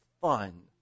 fun